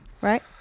right